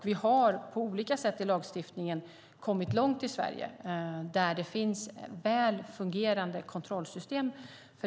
Vi har på olika sätt i lagstiftningen kommit långt i Sverige. Det finns väl fungerande kontrollsystem.